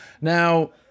Now